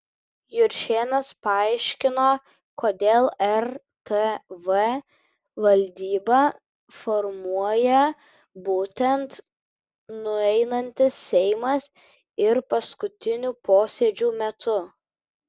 juršėnas paaiškino kodėl rtv valdybą formuoja būtent nueinantis seimas ir paskutinių posėdžių metu